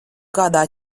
kādā